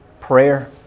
prayer